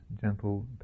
gentle